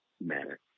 matter